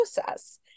process